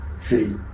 See